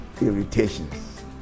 irritations